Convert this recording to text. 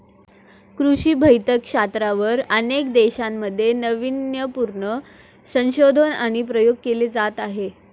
कृषी भौतिकशास्त्रावर अनेक देशांमध्ये नावीन्यपूर्ण संशोधन आणि प्रयोग केले जात आहेत